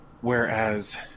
whereas